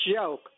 joke